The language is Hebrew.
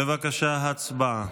בבקשה, הצבעה